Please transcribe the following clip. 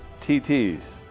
TTs